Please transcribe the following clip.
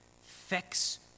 fix